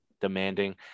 demanding